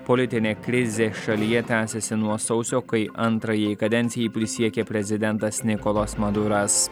politinė krizė šalyje tęsiasi nuo sausio kai antrajai kadencijai prisiekė prezidentas nikolas maduras